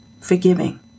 forgiving